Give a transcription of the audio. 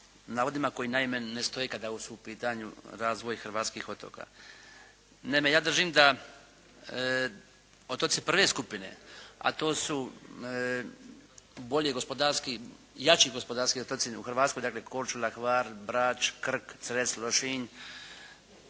navodima koji naime ne stoje kada su u pitanju razvoj hrvatskih otoka. Naime ja držim da otoci prve skupine, a to su bolje gospodarski, jače gospodarski otoci u Hrvatskoj, dakle Korčula, Hvar, Brač, Krk, Cres, Lošinj,